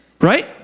Right